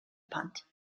punt